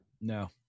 No